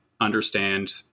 understand